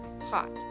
hot